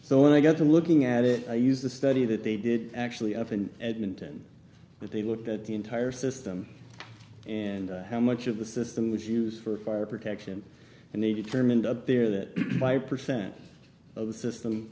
so when i got to looking at it i used the study that they did actually up and edmonton they looked at the entire system and how much of the system was used for fire protection and they determined up there that five percent of the system